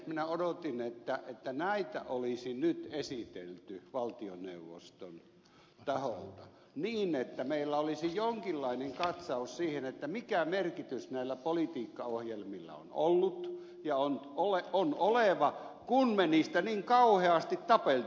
minä odotin että näitä olisi nyt esitelty valtioneuvoston taholta niin että meillä olisi jonkinlainen katsaus siihen mikä merkitys näillä politiikkaohjelmilla on ollut ja on oleva kun me niistä niin kauheasti tappelimme